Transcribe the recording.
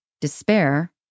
despair